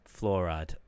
fluoride